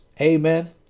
amen